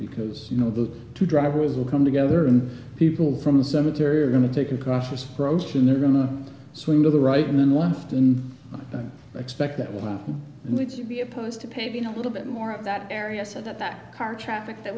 because you know the two drivers will come together and people from the cemetery are going to take a cautious approach and they're going to swing to the right and then left and expect that one which would be opposed to pay being a little bit more at that area so that that car traffic that